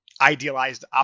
idealized